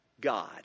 God